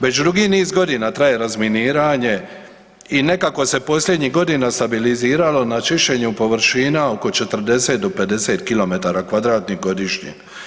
Već dugi niz godina traje razminiranje i nekako se posljednjih godina stabiliziralo na čišćenju površina oko 40 do 50 km2 godišnje.